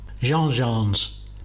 Jean-Jeans